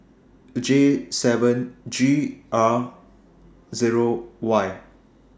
J seven G R Zero Y